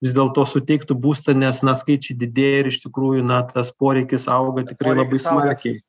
vis dėlto suteiktų būstą nes na skaičiai didėja ir iš tikrųjų na tas poreikis auga tikrai labai smarkiai